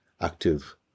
active